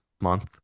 month